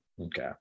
Okay